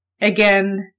Again